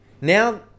Now